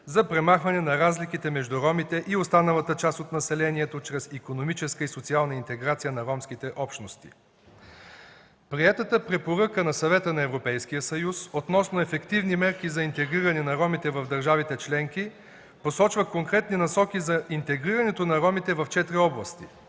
за премахване на разликите между ромите и останалата част от населението чрез икономическа и социална интеграция на ромските общности. Приетата Препоръка на Съвета на Европейския съюз относно ефективни мерки за интегриране на ромите в държавите членки посочва конкретни насоки за интегрирането на ромите в четири области,